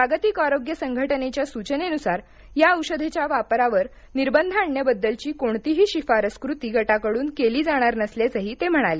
जागतिक आरोग्य संघटनेच्या सूचनेनुसार या औषधाच्या वापरावर निर्बंध आणण्याबद्दलची कोणतीही शिफारस कृती गटाकडून केली जाणार नसल्याचंही ते म्हणाले